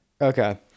Okay